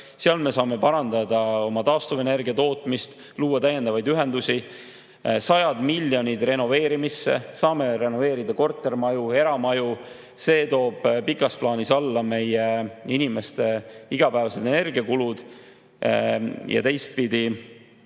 sealt me saame parandada oma taastuvenergia tootmist, luua täiendavaid ühendusi, sajad miljonid renoveerimisse, saame renoveerida kortermaju, eramaju. See toob pikas plaanis alla meie inimeste igapäevased energiakulud ja teistpidi